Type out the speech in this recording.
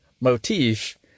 motif